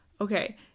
Okay